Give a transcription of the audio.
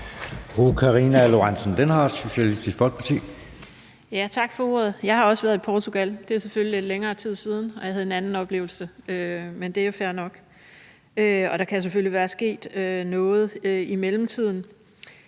Jeg har også været i Portugal – det er selvfølgelig lidt længere tid siden – og jeg havde en anden oplevelse, men det er fair nok. Og der kan selvfølgelig være sket noget i mellemtiden.